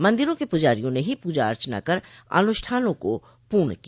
मंदिरों के पुजारियों ने ही पूजा अर्चना कर अनुष्ठानों को पूर्ण किया